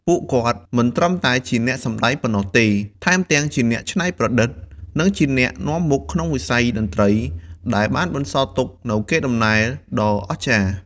ពួកគាត់មិនត្រឹមតែជាអ្នកសំដែងប៉ុណ្ណោះទេ ថែមទាំងជាអ្នកច្នៃប្រឌិត និងជាអ្នកនាំមុខក្នុងវិស័យតន្ត្រី ដែលបានបន្សល់ទុកនូវកេរដំណែលដ៏អស្ចារ្យ។